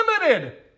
limited